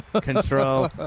control